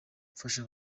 mfasha